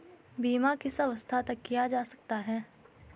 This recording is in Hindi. बीमा किस अवस्था तक किया जा सकता है?